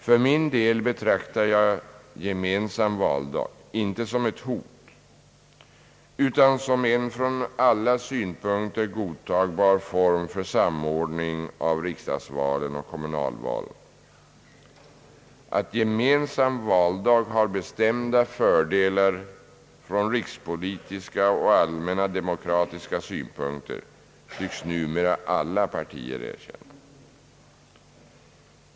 För min del betraktar jag gemensam valdag inte som ett hot utan som en från alla synpunkter godtagbar form för samordning av riksdagsvalen och kommunalvalen. Att gemensam valdag har bestämda fördelar från rikspolitiska och allmänna demokratiska synpunkter tycks numera alla partier erkänna.